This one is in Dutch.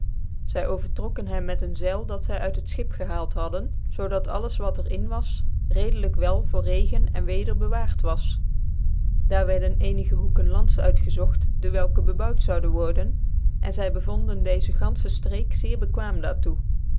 zy overtrokken hem met een zeil dat zy uit het schip gehaald bidden zoo dat alles wat cr in was redelijk wel voor regen en weder bewaard was daar wierden ccnige hoeken lands uirgezogt dewelke bebouwt zauden worden cn zy bevonden deezc gantfche ftreck zeer bekwaam daar toe